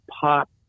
Pop